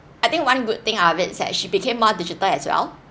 I think one good thing of is that she became more digital as well